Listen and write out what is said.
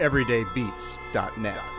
everydaybeats.net